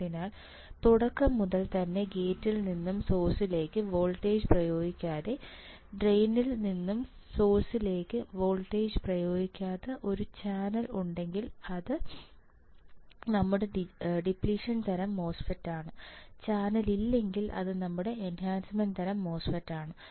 അതിനാൽ തുടക്കം മുതൽ തന്നെ ഗേറ്റിൽ നിന്നും സോഴ്സിലേക്ക് വോൾട്ടേജ് പ്രയോഗിക്കാതെ ഡ്രെയിനിൽ നിന്നും സോഴ്സിലേക്ക് വോൾട്ടേജ് പ്രയോഗിക്കാതെ ഒരു ചാനൽ ഉണ്ടെങ്കിൽ അത് നമ്മുടെ ഡിപ്ലിഷൻ തരം MOSFET ആണ് ചാനലില്ലെങ്കിൽ അത് നമ്മുടെ എൻഹാൻസ്മെൻറ് തരം MOSFET ആണ്